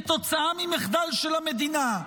כתוצאה ממחדל של המדינה.